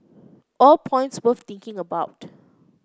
all points worth thinking about